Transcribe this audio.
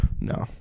No